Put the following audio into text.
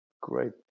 great